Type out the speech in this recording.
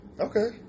Okay